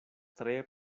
tre